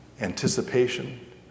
anticipation